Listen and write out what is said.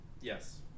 Yes